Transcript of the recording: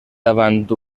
davant